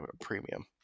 premium